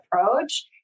approach